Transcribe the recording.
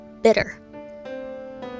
bitter